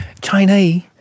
chinese